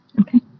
Okay